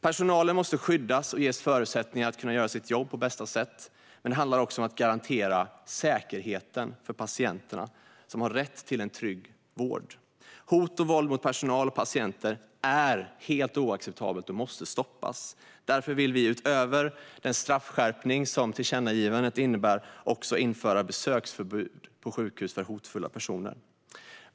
Personalen måste skyddas och ges förutsättningar att göra sitt jobb på bästa sätt, men det handlar också om att garantera säkerheten för patienterna. De har rätt till en trygg vård. Hot och våld mot personal och patienter är helt oacceptabelt och måste stoppas. Därför vill vi, utöver den straffskärpning som tillkännagivandet innebär, också införa besöksförbud på sjukhus för hotfulla personer.